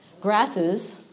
Grasses